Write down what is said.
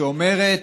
שאומרת: